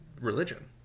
religion